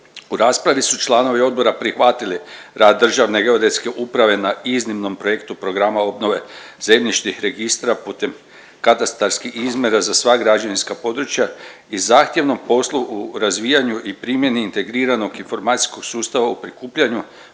U raspravi su članovi odbora prihvatili rad Državne geodetske uprave na iznimnom projektu programa obnove zemljišnih registra putem katastarskih izmjera za sva građevinska područja i zahtjevnom poslu u razvijanju i primjeni integriranog informacijskog sustava u prikupljanju,